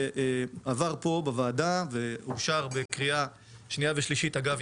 שעבר פה בוועדה ואושר בקריאה שנייה ושלישית אגב,